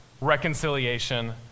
reconciliation